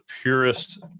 purest